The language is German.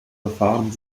verfahren